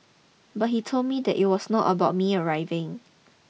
but he told me that it was not about me arriving